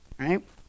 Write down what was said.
Right